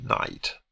night